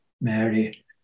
Mary